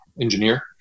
engineer